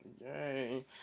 Yay